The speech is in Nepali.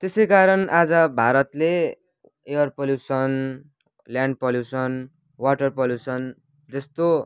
त्यसै कारण आज भारतले air pollution land pollution water pollution जस्तो